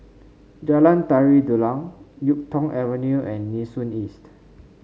Jalan Tari Dulang YuK Tong Avenue and Nee Soon East